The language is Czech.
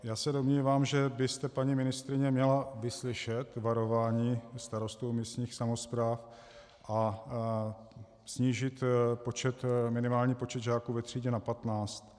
Já se domnívám, že byste, paní ministryně, měla vyslyšet varování starostů i místních samospráv a snížit minimální počet žáků ve třídě na 15.